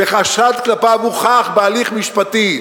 וחשד כלפיו הוכח בהליך משפטי,